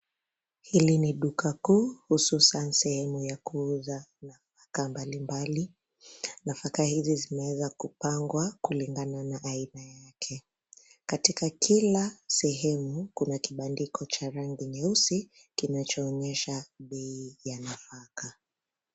Hili ni duka kuu hususan sehemu ya kuuza nafaka mbalimbali. Nafaka hizi zimeweza kupangwa kulingana na aina yake. Katika kila sehemu kuna kibandiko cha rangi nyeusi kinachoonyesha bei ya nafaka.